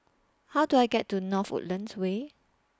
How Do I get to North Woodlands Way